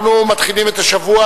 אנחנו מתחילים את השבוע,